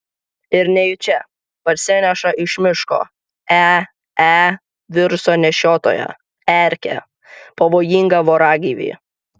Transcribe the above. ir nejučia parsineša iš miško ee viruso nešiotoją erkę pavojingą voragyvį